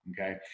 okay